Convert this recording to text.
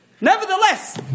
nevertheless